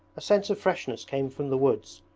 a sense of freshness came from the woods,